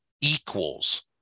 equals